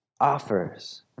offers